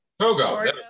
togo